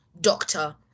doctor